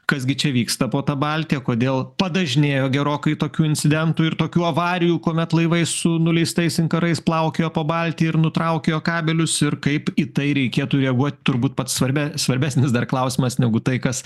kas gi čia vyksta po ta baltija kodėl padažnėjo gerokai tokių incidentų ir tokių avarijų kuomet laivai su nuleistais inkarais plaukioja po baltiją ir nutraukiojo kabelius ir kaip į tai reikėtų reaguot turbūt pats svarbes svarbesnis dar klausimas negu tai kas